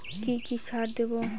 কি কি সার দেবো?